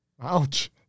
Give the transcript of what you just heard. Ouch